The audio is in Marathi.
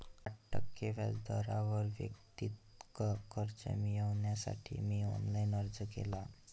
आठ टक्के व्याज दरावर वैयक्तिक कर्ज मिळविण्यासाठी मी ऑनलाइन अर्ज केला